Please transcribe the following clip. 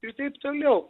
ir taip toliau